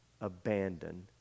abandon